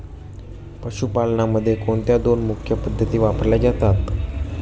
पशुपालनामध्ये कोणत्या दोन मुख्य पद्धती वापरल्या जातात?